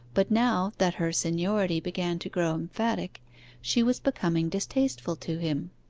but now that her seniority began to grow emphatic she was becoming distasteful to him.